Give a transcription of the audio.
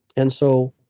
and so,